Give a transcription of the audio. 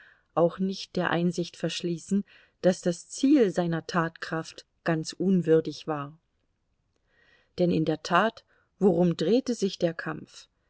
auch nicht der einsicht verschließen daß das ziel seiner tatkraft ganz unwürdig war denn in der tat worum drehte sich der kampf